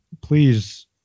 please